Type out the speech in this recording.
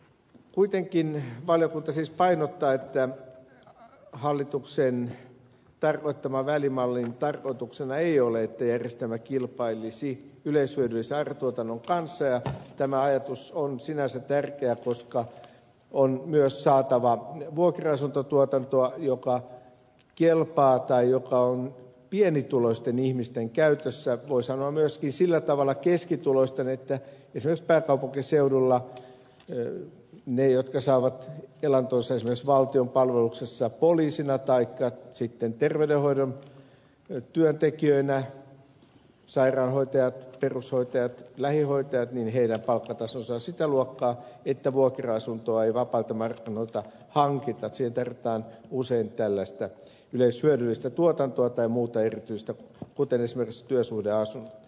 kuitenkin valiokunta siis painottaa että hallituksen tarkoittaman välimallin tarkoituksena ei ole että järjestelmä kilpailisi yleishyödyllisen ara tuotannon kanssa ja tämä ajatus on sinänsä tärkeä koska on myös saatava vuokra asuntotuotantoa joka kelpaa tai joka on pienituloisten ihmisten käytössä voi sanoa myöskin sillä tavalla keskituloisten että esimerkiksi pääkaupunkiseudulla niiden jotka saavat elantonsa esimerkiksi valtion palveluksessa poliisina taikka sitten terveydenhoidon työntekijöinä sairaanhoitajat perushoitajat lähihoitajat palkkataso on sitä luokkaa että vuokra asuntoa ei vapailta markkinoilta hankita siihen tarvitaan usein tällaista yleishyödyllistä tuotantoa tai muuta erityistä kuten esimerkiksi työsuhdeasunnot